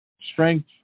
strength